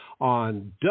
on